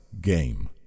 game